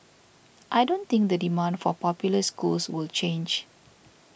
I don't think the demand for popular schools will change